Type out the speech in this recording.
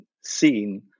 seen